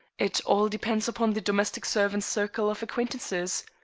it all depends upon the domestic servant's circle of acquaintances.